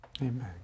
Amen